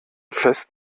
fest